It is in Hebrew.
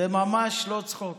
זה ממש לא צחוק.